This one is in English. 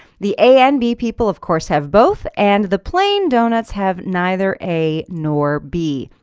the a and b people of course have both. and the plain donuts have neither a nor b.